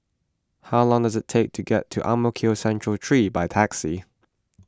how long does it take to get to Ang Mo Kio Central three by taxi